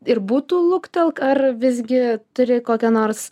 ir būtų luktelk ar visgi turi kokią nors